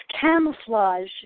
camouflage